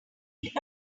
played